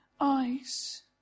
eyes